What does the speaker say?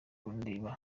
kundeba